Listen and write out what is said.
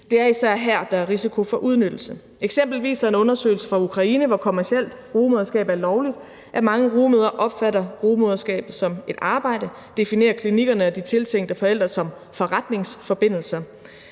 Det er især her, der er risiko for udnyttelse. Eksempelvis viser en undersøgelse fra Ukraine, hvor kommercielt rugemoderskab er lovligt, at mange rugemødre opfatter rugemoderskabet som et arbejde og definerer klinikkerne og de tiltænkte forældre som forretningsforbindelser.